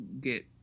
get –